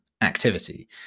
activity